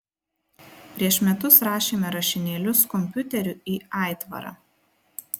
prieš metus rašėme rašinėlius kompiuteriu į aitvarą